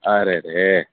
અરે રે